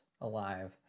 alive